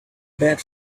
bad